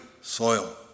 soil